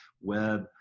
web